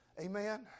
Amen